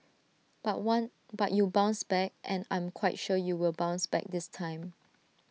but one but you bounced back and I'm quite sure you will bounce back this time